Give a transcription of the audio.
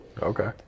Okay